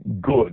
good